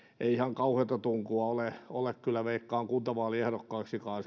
ei ihan kauheata tunkua ole ole kyllä veikkaan kuntavaaliehdokkaaksikaan